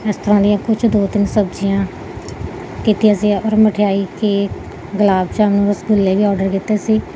ਇਸ ਤਰ੍ਹਾਂ ਦੀਆਂ ਕੁਝ ਦੋ ਤਿੰਨ ਸਬਜ਼ੀਆਂ ਕੀਤੀਆਂ ਸੀ ਔਰ ਮਠਿਆਈ ਕੇਕ ਗੁਲਾਬ ਜਾਮੁਨ ਰਸਗੁਲੇ ਵੀ ਆਰਡਰ ਕੀਤੇ ਸੀ